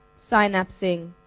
synapsing